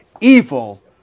evil